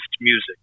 music